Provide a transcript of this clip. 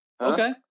Okay